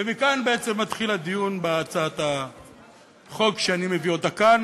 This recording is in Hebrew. ומכאן מתחיל הדיון בהצעת החוק שאני מביא כאן,